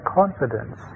confidence